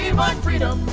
my freedom